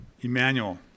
Emmanuel